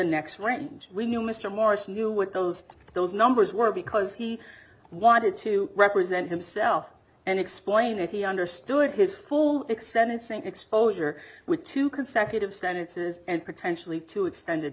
next range we knew mr marsh knew what those those numbers were because he wanted to represent himself and explain that he understood his full extent saying exposure with two consecutive sentences and potentially two extended